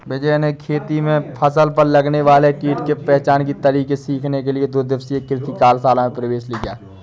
विजय ने खेती में फसल पर लगने वाले कीट के पहचान के तरीके सीखने के लिए दो दिवसीय कृषि कार्यशाला में प्रवेश लिया